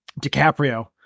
DiCaprio